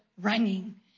running